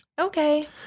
Okay